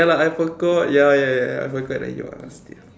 ya lah I forgot ya ya ya I forgot that you are still